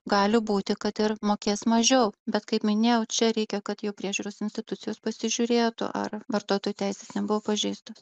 gali būti kad ir mokės mažiau bet kaip minėjau čia reikia kad jau priežiūros institucijos pasižiūrėtų ar vartotojų teisės nebuvo pažeistos